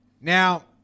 Now